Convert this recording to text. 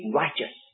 righteous